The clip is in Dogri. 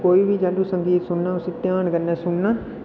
फ्ही बी जंदू संगीत सुनना ते ध्यान कन्नै सुनना